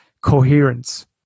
coherence